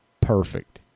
perfect